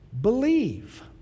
Believe